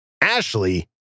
Ashley